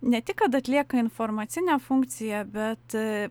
ne tik kad atlieka informacinę funkciją bet